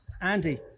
Andy